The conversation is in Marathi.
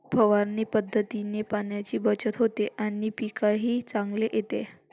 फवारणी पद्धतीने पाण्याची बचत होते आणि पीकही चांगले येते